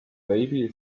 baby